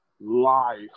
life